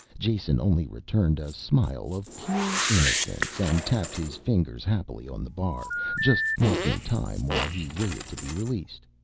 jason only returned a smile of pure innocence and tapped his fingers happily on the bar, just marking time while he waited to be released.